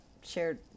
shared